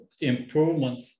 improvements